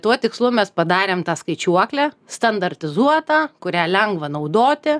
tuo tikslu mes padarėm tą skaičiuoklę standartizuotą kurią lengva naudoti